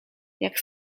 jak